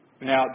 Now